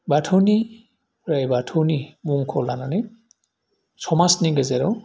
बाथौनि बोराइ बाथौनि मुंखौ लानानै समाजनि गेजेराव